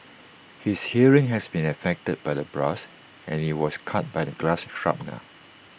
his hearing has been affected by the blast and he was cut by the glass shrapnel